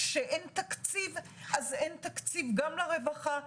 כשאין תקציב אין תקציב גם לרווחה,